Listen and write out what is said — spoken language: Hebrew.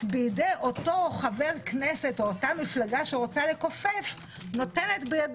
בידי אותו חבר כנסת או אותה מפלגה שרוצה לכופף 12